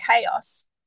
chaos